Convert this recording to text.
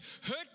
hurt